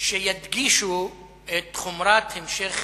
שידגישו את חומרת המשך